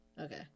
Okay